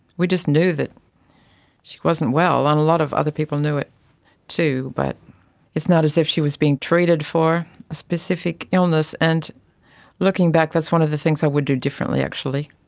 we just knew that she wasn't well. and a lot of other people knew it too, but it's not as if she was being treated for a specific illness. and looking back, that's one of the things i would do differently actually.